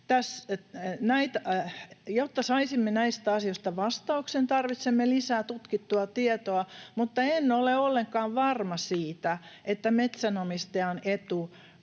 Jotta saisimme näihin asioihin vastauksen, tarvitsisimme lisää tutkittua tietoa. [Hannu Hoskosen välihuuto] Mutta en ole ollenkaan varma siitä, että metsänomistajan etu